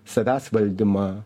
savęs valdymą